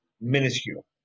minuscule